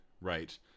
right